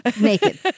Naked